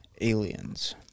aliens